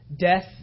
death